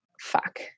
fuck